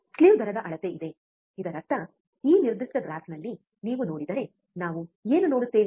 slew ದರದ ಅಳತೆ ಇದೆ ಇದರರ್ಥ ಈ ನಿರ್ದಿಷ್ಟ ಗ್ರಾಫ್ನಲ್ಲಿ ನೀವು ನೋಡಿದರೆ ನಾವು ಏನು ನೋಡುತ್ತೇವೆ